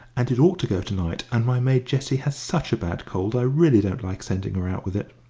and it ought to go to-night, and my maid jessie has such a bad cold i really don't like sending her out with it.